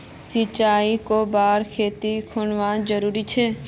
सिंचाई कै बार खेत खानोक जरुरी छै?